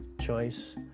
choice